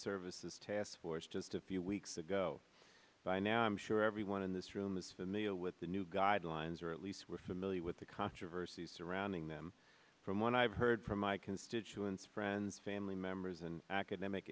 services task force just a few weeks ago by now i'm sure everyone in this room is familiar with the new guidelines or at least we're familiar with the controversy surrounding them from what i've heard from my constituents friends family members and academic